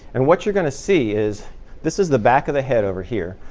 and what you're going to see is this is the back of the head over here.